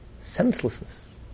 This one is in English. Senselessness